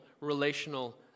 relational